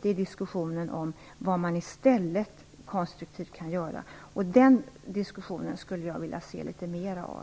diskussionen handlar litet om vad man konstruktivt kan göra i stället. Den diskussionen skulle jag vilja höra litet mera av.